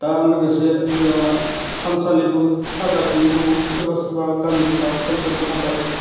दा लोगोसे जोंहा थानसालिबो खागासिनो दङ सोरबा सोरबा गामिफ्रा थानसालि खाबाय